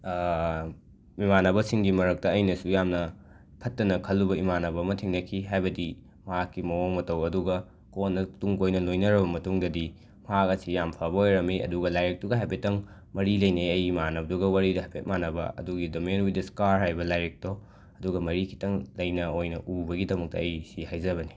ꯏꯃꯥꯟꯅꯕꯁꯤꯡꯒꯤ ꯃꯔꯝꯇ ꯑꯩꯅꯁꯨ ꯌꯥꯝꯅ ꯐꯠꯇꯅ ꯈꯜꯂꯨꯕ ꯏꯃꯥꯟꯅꯕ ꯑꯃ ꯊꯦꯡꯅꯈꯤ ꯍꯥꯏꯕꯗꯤ ꯃꯍꯥꯛꯀꯤ ꯃꯋꯣꯡ ꯃꯇꯧ ꯑꯗꯨꯒ ꯀꯣꯟꯅ ꯇꯨꯡꯀꯣꯏꯅ ꯂꯣꯏꯅꯔꯕ ꯃꯇꯨꯡꯗꯗꯤ ꯃꯍꯥꯛ ꯑꯁꯤ ꯌꯥꯝ ꯐꯕ ꯑꯣꯏꯔꯝꯃꯤ ꯑꯗꯨꯒ ꯂꯥꯏꯔꯤꯛꯇꯨꯒ ꯍꯥꯏꯐꯦꯇꯪ ꯃꯔꯤ ꯂꯩꯅꯩ ꯑꯩꯒꯤ ꯏꯃꯥꯟꯅꯕꯗꯨꯒ ꯋꯥꯔꯤꯗꯣ ꯍꯥꯏꯐꯦꯠ ꯃꯥꯟꯅꯕ ꯑꯗꯨꯒꯤ the man with the scar ꯍꯥꯏꯕ ꯂꯥꯏꯔꯤꯛꯇꯣ ꯑꯗꯨꯒ ꯃꯔꯤ ꯈꯤꯇꯪ ꯂꯩꯅ ꯑꯣꯏꯅ ꯎꯕꯒꯤꯗꯃꯛꯇ ꯑꯩ ꯁꯤ ꯍꯥꯏꯖꯕꯅꯤ